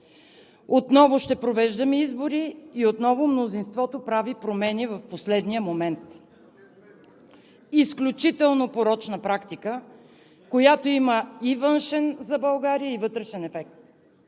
отново ще провеждаме избори и отново мнозинството прави промени в последния момент. Изключително порочна практика, която има и външен за България, и вътрешен ефект.